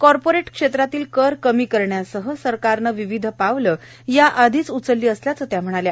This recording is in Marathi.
कार्पोरेट क्षेत्रातील कर कमी करण्यासह सरकारनं विविध पावलं या आधिच उचलली असल्याचं त्या म्हणाल्या